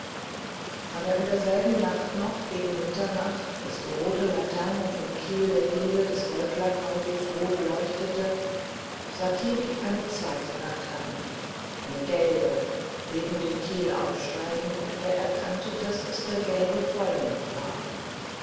aber in derselben nacht noch gegen mitternacht als die rote laterne vom kiel die diele des goldlackhauses rot beleuchtete sah kiri eine zweite laterne eine gelbe neben dem kiel aufsteigen und er erkannte daß es der gelbe vollmond war